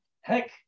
heck